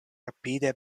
rapide